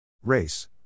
Race